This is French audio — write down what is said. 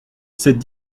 cette